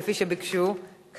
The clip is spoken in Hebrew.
כפי שביקשו כמובן.